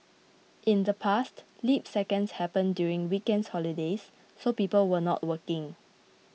in the past leap seconds happened during weekends holidays so people were not working